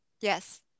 Yes